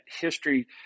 history